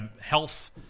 health